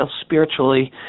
spiritually